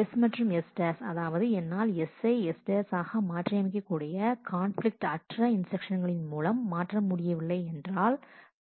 S மற்றும் S' அதாவது என்னால் S ஐ S' ஆக மாற்றியமைக்கக்கூடிய கான்பிலிக்ட் அற்ற இன்ஸ்டிரக்ஷன்ஸ்களின் மூலம் மாற்ற முடியவில்லை என்றால்